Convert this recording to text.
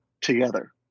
together